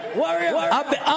warrior